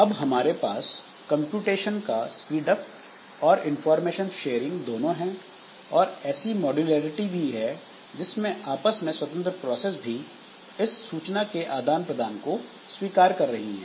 अब हमारे पास कंप्यूटेशन का स्पीड अप और इंफॉर्मेशन शेयरिंग दोनों हैं और ऐसी मॉड्यूलैरिटी भी है जिसमें आपस में स्वतंत्र प्रोसेस भी इस सूचना के आदान प्रदान को स्वीकार कर रही हैं